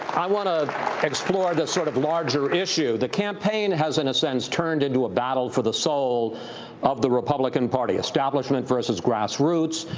i want to explore this sort of larger issue. the campaign has in a sense turned into a battle for the soul of the republican party establishment versus grassroots,